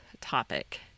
topic